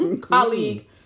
colleague